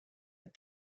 but